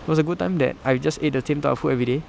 it was a good time that I just ate the same type of food everyday